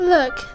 Look